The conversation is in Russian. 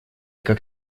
как